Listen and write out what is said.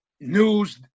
news